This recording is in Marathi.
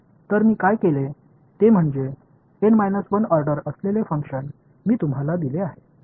तर मी काय केले ते म्हणजे एन 1 ऑर्डर असलेले फंक्शन मी तुम्हाला दिले आहे